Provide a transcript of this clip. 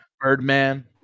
Birdman